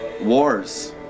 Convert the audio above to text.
wars